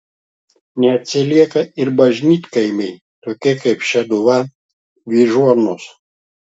neatsilieka ir bažnytkaimiai tokie kaip šeduva vyžuonos